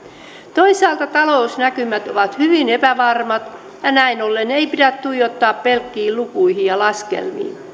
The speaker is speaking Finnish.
toisaalta talousnäkymät ovat hyvin epävarmat ja näin ollen ei pidä tuijottaa pelkkiin lukuihin ja laskelmiin